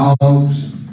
dogs